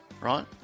right